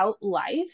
life